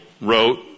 wrote